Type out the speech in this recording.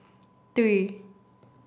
three